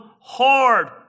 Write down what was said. hard